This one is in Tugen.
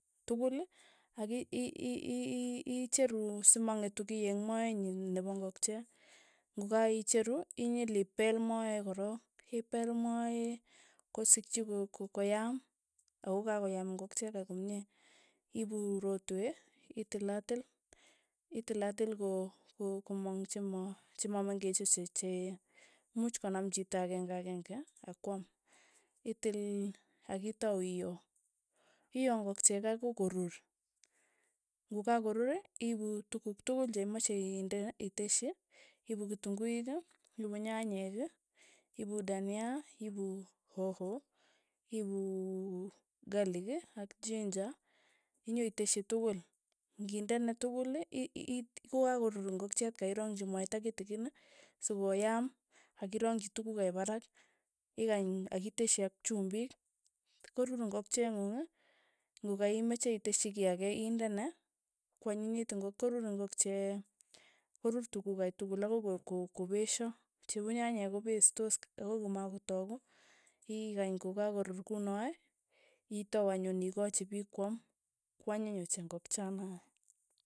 Tukul ak i- i- i- i- icheru sima ng'etu kiy eng' moet nyi nepo ngokchiee, ng'okaicheru, inyil ipeel moet korook, ipeel moe kosikchi ko- koyam, ak ka koyam ngokchie kei komie, ipuu rotwe, itil atil, itilatil ko, ko komang chema chamameng'ech ochei, much konam chito akengakenge akwam, itil akitau ioo, ioo ingokchie kei akoi korur, ng'okakorur, ipuu tukuk tukuk tukul chemache iteshi, iipu kitunguik, iipu nyanyek, iipu dania, iipu hoho, iipu galik ak jinja, inyo iteshi tukul, ng'indene tukul i- i kokakorur ingokchie kei irongchi mwaita kitikin sokoyam, akirongchi tukuk kei parak, ikany akiteshi ak chumbik, korur ingokchie ng'ung, ngkaimache iteshi kei ake indene, kwanyinyit ingok korur ingokchie, korur tukuk kei tukul akoi ko- ko kopesho, che u nyanyek kopestos akoi komakotaku, ikany kokakorur kunoe, itau anyun ikanyi piik kwam, kwanyiny ochei ngokchanae.